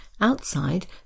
Outside